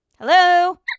Hello